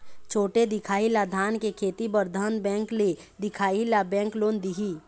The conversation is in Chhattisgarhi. छोटे दिखाही ला धान के खेती बर धन बैंक ले दिखाही ला बैंक लोन दिही?